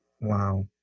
Wow